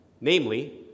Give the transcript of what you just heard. namely